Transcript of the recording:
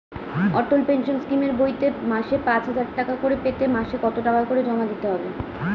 অটল pension স্কিমের বইতে মাসে পাঁচ হাজার টাকা করে পেতে মাসে কত টাকা করে জমা দিতে হবে?